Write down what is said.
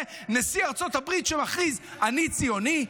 נשיא ארצות הברית שמכריז "אני ציוני"?